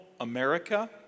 America